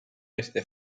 este